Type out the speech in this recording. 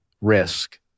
risk